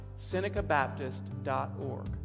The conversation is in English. senecabaptist.org